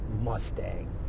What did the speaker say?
Mustang